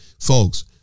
Folks